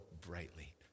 brightly